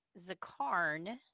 Zakarn